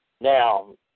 Now